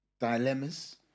Dilemmas